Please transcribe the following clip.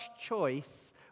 choice